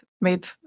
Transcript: made